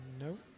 No